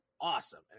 awesome